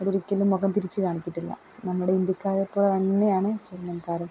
അവരൊരിക്കലും മുഖംതിരിച്ച് കാണിക്കത്തില്ല നമ്മുടെ ഇന്ത്യക്കാരെ പോലെ തന്നെയാണ് ജെർമ്മൻ കാരും